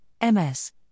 MS